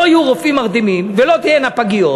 לא יהיו רופאים מרדימים ולא תהיינה פגיות.